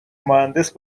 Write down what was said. مهندس